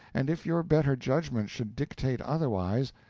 and if your better judgment should dictate otherwise,